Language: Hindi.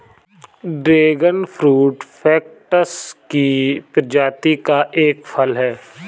ड्रैगन फ्रूट कैक्टस की प्रजाति का एक फल है